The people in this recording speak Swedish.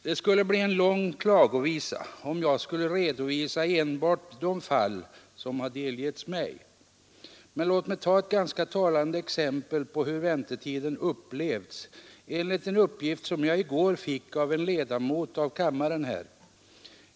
Det skulle bli en lång klagovisa om jag skulle redovisa enbart de fall som delgivits mig. Men låt mig ta ett ganska talande exempel på hur väntetiden upplevs enligt en uppgift jag i går fick av en ledamot av kammaren.